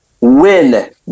win